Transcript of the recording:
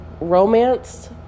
romance